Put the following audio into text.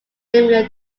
similar